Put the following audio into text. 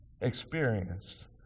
Experienced